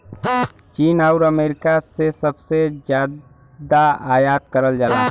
चीन आउर अमेरिका से सबसे जादा आयात करल जाला